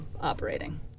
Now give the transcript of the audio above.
operating